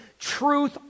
Truth